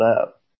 up